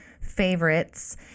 favorites